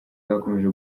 zakomeje